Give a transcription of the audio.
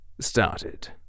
started